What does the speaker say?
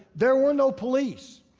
there were no police.